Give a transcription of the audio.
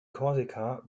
korsika